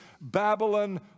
Babylon